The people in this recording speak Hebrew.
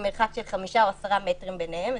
עם מרחק של 5 או 10 מטרים ביניהם,